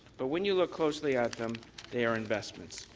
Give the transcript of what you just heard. but when you look closely at them they are investments.